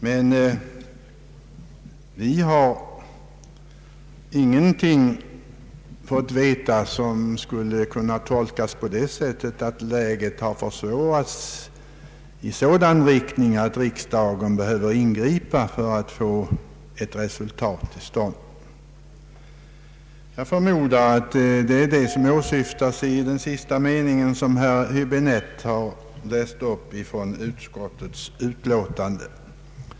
Men vi har inte fått veta någonting som skulle kunna tolkas så, att läget har försvårats i sådan riktning att riksdagen behöver ingripa för att få ett resultat till stånd. Jag förmodar att det är detta som åsyftas i den mening som herr Häbinette har läst upp ur utskottets utlåtande.